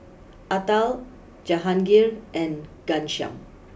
Atal Jahangir and Ghanshyam